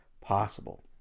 possible